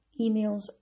emails